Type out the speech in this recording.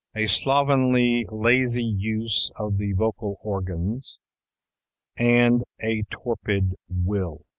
a slovenly, lazy use of the vocal organs and a torpid will.